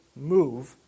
move